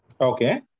Okay